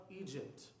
Egypt